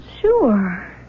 Sure